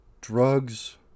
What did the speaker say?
drugs